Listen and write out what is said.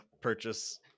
purchase